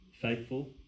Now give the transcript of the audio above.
faithful